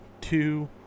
two